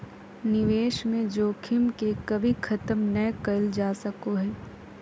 निवेश में जोखिम के कभी खत्म नय कइल जा सको हइ